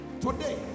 today